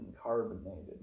carbonated